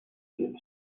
future